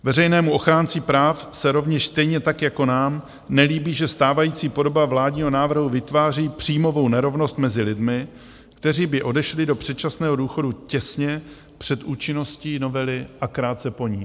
Veřejnému ochránci práv se rovněž, stejně tak jako nám, nelíbí, že stávající podoba vládního návrhu vytváří příjmovou nerovnost mezi lidmi, kteří by odešli do předčasného důchodu těsně před účinností novely a krátce po ní.